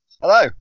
Hello